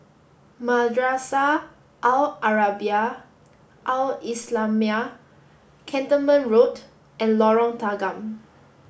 Madrasah Al Arabiah Al islamiah Cantonment Road and Lorong Tanggam